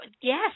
yes